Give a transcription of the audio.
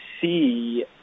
see